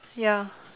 ya